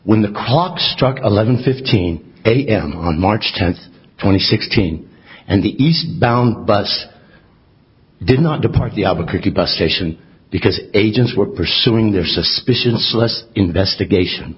when the clock struck eleven fifteen am on march tenth twenty sixteen and the eastbound bus did not depart the albuquerque bus station because agents were pursuing their suspicions less investigation